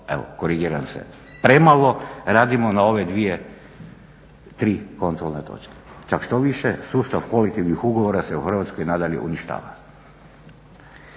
evo korigiram se, premalo radimo na ove dvije, tri kontrolne točke. Čak štoviše, sustavnih kolektivnih ugovora se u Hrvatskoj nadalje uništava.